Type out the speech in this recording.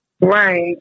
Right